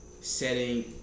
setting